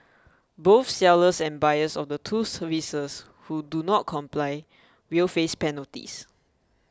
both sellers and buyers of the two services who do not comply will face penalties